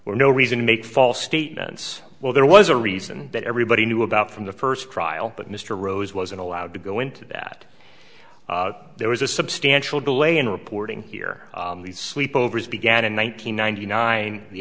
lie or no reason to make false statements well there was a reason that everybody knew about from the first trial but mr rose wasn't allowed to go into that there was a substantial delay in reporting here the sleep overs began in one nine hundred ninety nine the